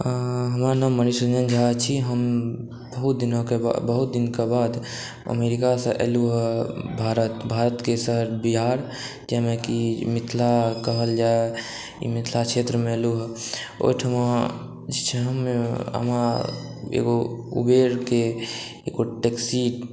हमर नाम मनीष नंदन झा छी हम बहुत दिनके बाद अमेरिकासॅं एलुँ हँ भारत भारतके शहर बिहार जाहिमे की मिथिला कहल जाय ई मिथिला क्षेत्रमे एलुँ हँ ओहिठमा से हमरा एगो उबेरके एगो टैक्सी